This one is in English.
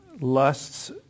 lusts